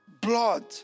blood